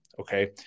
Okay